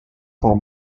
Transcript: for